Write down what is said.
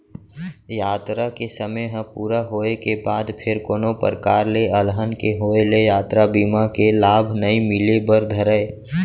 यातरा के समे ह पूरा होय के बाद फेर कोनो परकार ले अलहन के होय ले यातरा बीमा के लाभ नइ मिले बर धरय